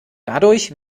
dadurch